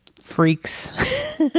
freaks